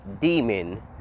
Demon